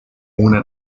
una